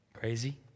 Crazy